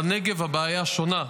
בנגב הבעיה שונה.